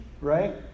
right